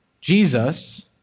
Jesus